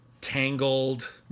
Tangled